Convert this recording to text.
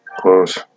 close